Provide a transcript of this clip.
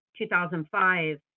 2005